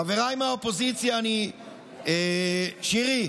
חבריי מהאופוזיציה, שירי.